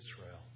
Israel